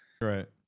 right